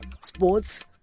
sports